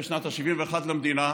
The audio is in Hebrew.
בשנת ה-71 למדינה,